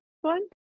one